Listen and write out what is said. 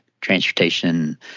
transportation